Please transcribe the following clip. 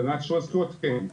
אישורי זכויות כן,